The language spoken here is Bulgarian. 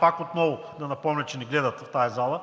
пак отново да напомня, че всички